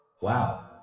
Wow